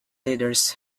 leaders